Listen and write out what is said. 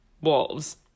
wolves